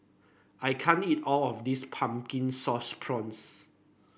I can't eat all of this Pumpkin Sauce Prawns